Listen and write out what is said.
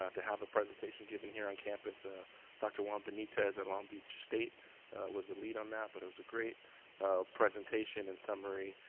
ah to have a presentation given here on campus ah dr. juan benitez at long beach state was the lead on that, but it was a great presentation and summary,